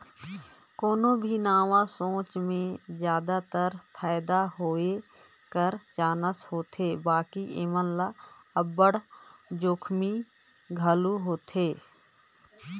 कोनो भी नावा सोंच में जादातर फयदा होए कर चानस होथे बकि एम्हें अब्बड़ जोखिम घलो होथे